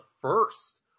first